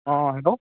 অঁ হেল্ল'